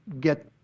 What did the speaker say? get